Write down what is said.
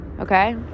Okay